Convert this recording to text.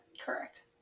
Correct